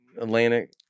Atlantic